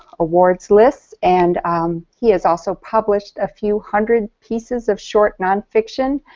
awards lists and he has also published a few hundred pieces of short non-fiction,